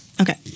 Okay